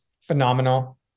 phenomenal